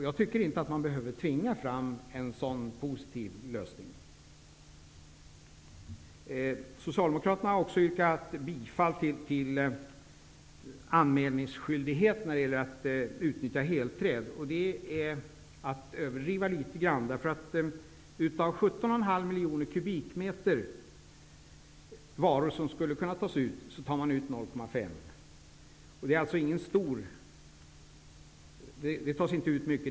Jag tycker inte man behöver tvinga fram en sådan positiv lösning. Socialdemokraterna har också yrkat bifall till ett förslag om anmälningsskyldighet när det gäller att utnyttja helträd. Det är, tycker jag, att överdriva litet. Av 17,5 miljoner kubikmeter varor som skulle kunna tas ut tar man ut 0,5. Det tas alltså inte ut mycket.